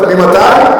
ממתי?